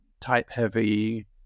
type-heavy